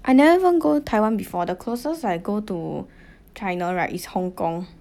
I never even go Taiwan before the closest I go to China right is Hong-Kong